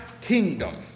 kingdom